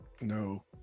No